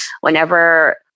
whenever